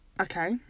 okay